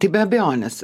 tai be abejonės